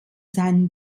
seiner